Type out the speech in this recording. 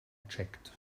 checked